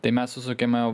tai mes susukiame